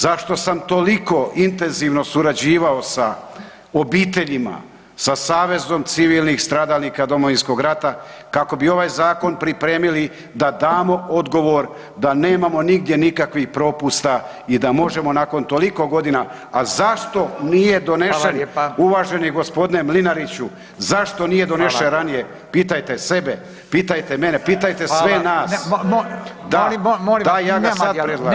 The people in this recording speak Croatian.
Zašto sam toliko intenzivno surađivao sa obiteljima, sa Savezom civilnih stradalnika Domovinskog rata kako bi ovaj zakon pripremili da damo odgovor da nemamo nigdje nikakvih propusta i da možemo nakon toliko godina a zašto nije donesen [[Upadica Radin: Hvala lijepa.]] uvaženi g. Mlinariću, zašto nije donesen ranije, [[Upadica Radin: Hvala.]] pitajte sebe, pitajte mene, pitajte sve nas …… [[Upadica sa strane, ne razumije se.]] /Upadica Radin: Hvala, ne, molim, nema dijaloga./ [[Upadica sa strane, ne razumije se.]] Da, ja ga sada predlažem.